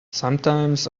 sometimes